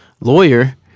lawyer